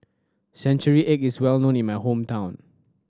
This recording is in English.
century egg is well known in my hometown